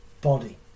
body